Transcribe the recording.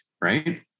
Right